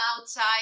outside